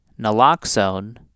naloxone